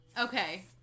Okay